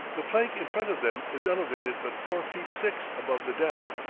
the plank in front of them is elevated but four feet six above the deck.